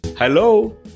Hello